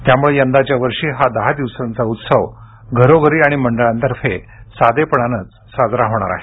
त्यामुळं यंदाच्या वर्षी हा दहा दिवसांचा उत्सव घरोघरी आणि मंडळांतर्फे साधेपणानच साजरा होणार आहे